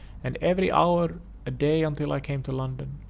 and every hour a day until i came to london,